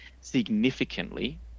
significantly